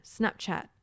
Snapchat